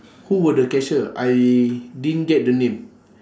who were the cashier I didn't get the name